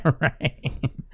right